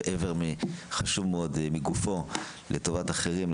איבר חשוב מאוד מגופו לטובת אחרים,